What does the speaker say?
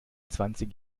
zwanzig